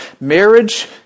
marriage